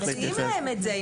מציעים להם את זה.